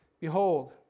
behold